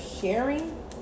sharing